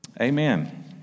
Amen